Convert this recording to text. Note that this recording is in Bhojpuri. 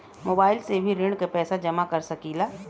मोबाइल से भी ऋण के पैसा जमा कर सकी ला?